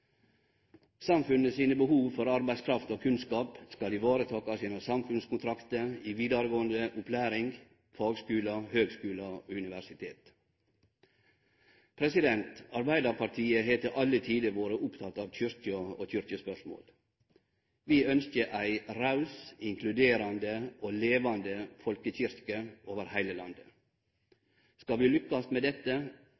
arbeidskraft og kunnskap skal takast vare på gjennom samfunnskontraktar i vidaregåande opplæring, fagskular, høgskular og universitet. Arbeidarpartiet har til alle tider vore oppteke av Kyrkja og kyrkjespørsmål. Vi ønskjer ei raus, inkluderande og levande folkekyrkje over heile landet.